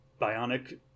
bionic